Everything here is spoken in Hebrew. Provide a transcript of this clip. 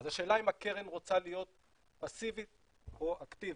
אז השאלה אם הקרן רוצה להיות פסיבית או אקטיבית,